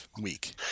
week